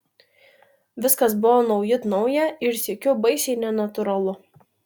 viskas buvo naujut nauja ir sykiu baisiai nenatūralu